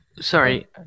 Sorry